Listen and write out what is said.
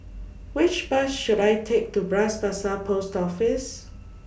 Which Bus should I Take to Bras Basah Post Office